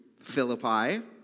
Philippi